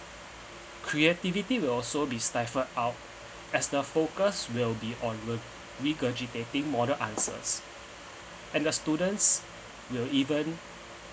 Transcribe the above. creativity will also be stifled out as the focus will be on re~ regurgitating model answers and the students will even